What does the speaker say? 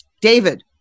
David